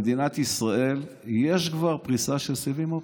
במדינת ישראל יש כבר פריסה של סיבים אופטיים.